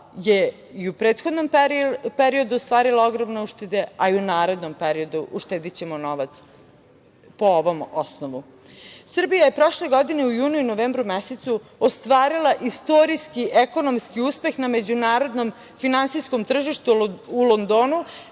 je i u prethodnom periodu ostvarila ogromnu uštedu, a i u narednom periodu uštedećemo novac po ovom osnovu. Srbija je prošle godine u junu i novembru mesecu ostvarila istorijski ekonomski uspeh na međunarodnom finansijskom tržištu u Londonu